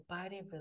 body